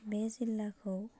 बे जिल्लाखौ